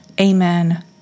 Amen